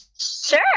Sure